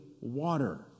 water